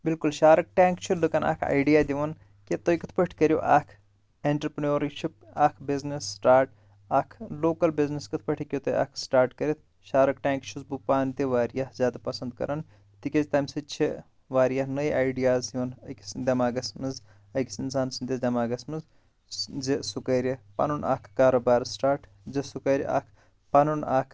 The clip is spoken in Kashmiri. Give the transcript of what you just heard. بِالکُل شارٕک ٹینٛک چھ لُکَن ایڈِیا دِوان کہِ تُہۍ کِتھ پٲٹھۍ کٕرِو اَکھ اینٹَرپرٛینورشِپ اَکھ بِزنس سِٹاٹ اَکھ لوکَل بِزنس کِتھ پٲٹھۍ ہیکِو تُہۍ اکھ سِٹارٹ کٔرِتھ شارٕک ٹینٛک چھُس بہٕ پانہٕ تہِ واریاہ زیادٕ پسنٛد کَران تکیاز تمہِ سۭتۍ چھ واریاہ نٔے آیڈِیاز یِوان أکِس دٮ۪ماغَس منٛز أکِس انسان سٕنٛدِس دٮ۪ماغَس منٛز زِ سُہ کَرِ پَنُن اَکھ کارُبار سٹاٹ زِ سُہ کَرِ اَکھ پَنُن اَکھ